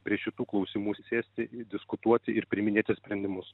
prie šitų klausimų sėsti ir diskutuoti ir priiminėti sprendimus